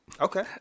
Okay